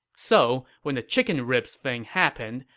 so when the chicken ribs thing happened,